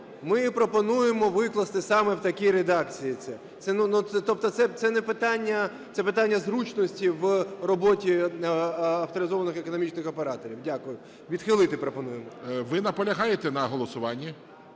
ми пропонуємо викласти саме в такі редакції це. Тобто це не питання… це питання зручності в роботі авторизованих економічних операторів. Дякую. Відхилити пропонуємо. ГОЛОВУЮЧИЙ. Ви наполягаєте на голосуванні?